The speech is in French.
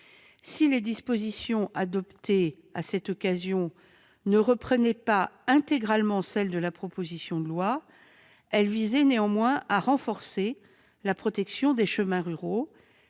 Si les dispositions adoptées à cette occasion ne reprenaient pas intégralement celles de la proposition de loi, elles visaient néanmoins à renforcer la protection des chemins ruraux,